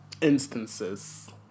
instances